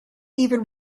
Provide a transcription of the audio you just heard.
even